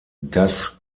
das